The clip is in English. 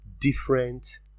different